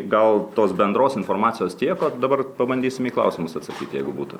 gal tos bendros informacijos tiek o dabar pabandysim į klausimus atsakyti jeigu būtų